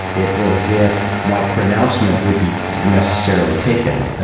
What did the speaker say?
it is if my pronouncement would be necessarily taken,